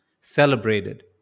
celebrated